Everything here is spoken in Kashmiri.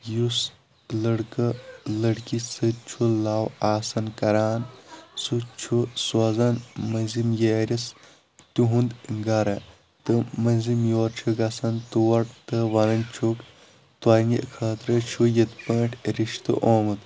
یُس لڑکہٕ لڑکی سۭتۍ چھُ لَو آسان کران سُہ چھُ سوزان مٔنٛزِم یٲرِس تہُنٛد گرٕ تہٕ مٔنٛزِم یور چھُ گژھان تور تہٕ ونان چھُکھ تُہنٛدِ خٲطرٕ چھُ یِتھ پٲٹھۍ رشتہِ آمُت